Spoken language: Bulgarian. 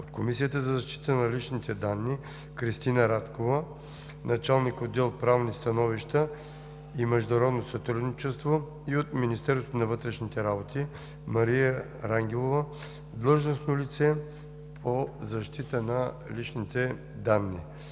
от Комисията за защита на личните данни: Кристина Радкова – началник-отдел „Правни становища и международно сътрудничество“; и от Министерството на вътрешните работи: Мария Рангелова – длъжностно лице по защита на личните данни.